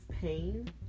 pain